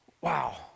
Wow